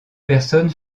personnes